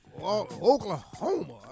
Oklahoma